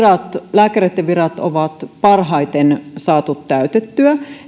lääkäreitten virat on parhaiten saatu täytettyä